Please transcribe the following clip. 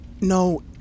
No